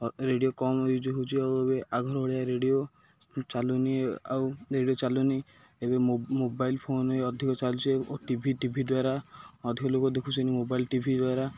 radio କମ୍ use ହେଉଛି ଆଉ ଏବେ ଆଗ ଭଳିଆ ରେଡ଼ିଓ ଚାଲୁନି ଆଉ ରେଡ଼ିଓ ଚାଲୁନି ଏବେ ମୋବାଇଲ୍ ଫୋନ୍ ଅଧିକ ଚାଲୁଛେ ଓ ଟିଭି ଟିଭି ଦ୍ଵାରା ଅଧିକ ଲୋକ ଦେଖୁଛନ୍ତି ମୋବାଇଲ୍ ଟିଭି ଦ୍ଵାରା